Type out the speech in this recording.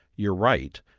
you're right,